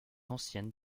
ancienne